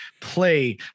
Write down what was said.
play